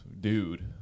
dude